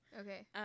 Okay